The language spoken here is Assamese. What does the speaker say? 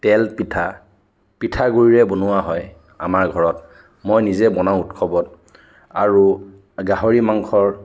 তেল পিঠা পিঠাগুড়িৰে বনোৱা হয় আমাৰ ঘৰত মই নিজে বনাওঁ উৎসৱত আৰু গাহৰি মাংস